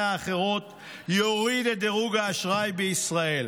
האחרות יוריד את דירוג האשראי בישראל.